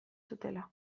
zutela